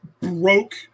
broke